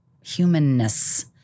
humanness